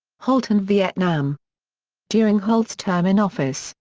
holt and vietnam during holt's term in office,